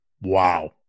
Wow